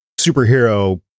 superhero